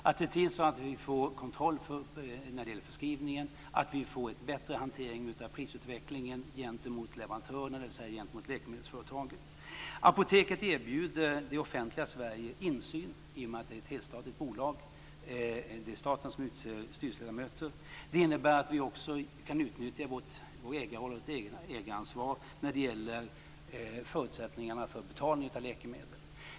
Det gäller att se till att vi får kontroll över förskrivningen och får en bättre hantering av prisutvecklingen gentemot leverantörerna, dvs. läkemedelsföretagen. Apoteket erbjuder det offentliga insyn i och med att det är ett helstatligt bolag. Det är staten som utser styrelseledamöterna. Det innebär att vi också kan utnyttja vår ägarroll och vårt ägaransvar när det gäller förutsättningarna för betalning av läkemedel.